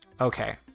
okay